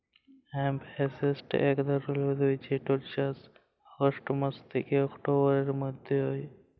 hemp হইসে একট ধরণের উদ্ভিদ যেটর চাস অগাস্ট মাস থ্যাকে অক্টোবরের মধ্য হয়